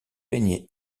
peignait